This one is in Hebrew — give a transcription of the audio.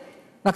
יש,